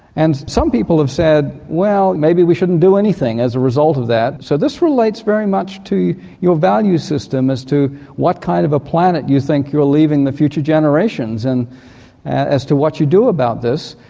and some people have said, well, maybe we shouldn't do anything as a result of that. so this relates very much to your value system as to what kind of a planet you think you are leaving the future generations. and as to what you do about this,